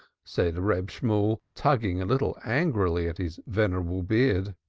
said reb shemuel, tugging a little angrily at his venerable beard.